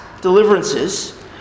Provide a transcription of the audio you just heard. deliverances